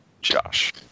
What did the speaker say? Josh